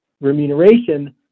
remuneration